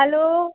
hello